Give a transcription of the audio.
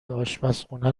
آشپرخونه